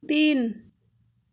तिन